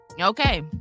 Okay